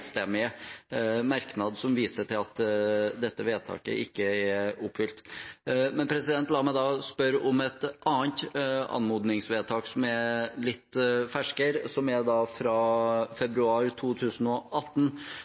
merknad, som viser til at dette vedtaket ikke er oppfylt. La meg da spørre om et annet anmodningsvedtak, som er litt ferskere. Det er fra februar 2018 og går på å få fjernet forurensningen fra